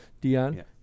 Dion